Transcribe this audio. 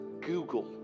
Google